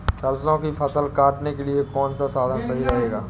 सरसो की फसल काटने के लिए कौन सा साधन सही रहेगा?